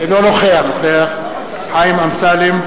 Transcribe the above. אינו נוכח חיים אמסלם,